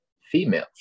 female